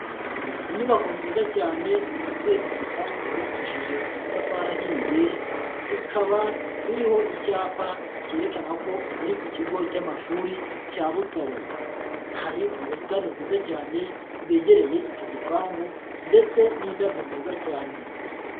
Inyubako nziza cyane ifite igipangu cyubakishije amatafari ahiye, ikaba iriho icyapa cyerekana ko ari ku kigo cy'amashuri cya Butare, hari ubusitani bwiza cyane bwegereye icyo gipangu ndetse n'indabyo nziza cyane.